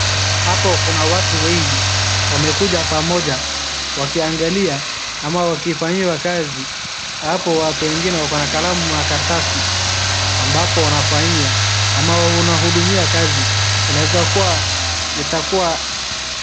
Hapo kuna watu wengi wamekuja pamoja wakiangalia ama wakifanyiwa kazi hapo watu wengine wako na kalamu na karatasi ambapo wanafanyia ama wanahudumia kazi, inaeza kuwa, itakuwa.